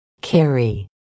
Carry